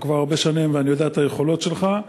כבר הרבה שנים ואני יודע את היכולות שלך.